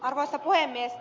arvoisa puhemies